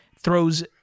throws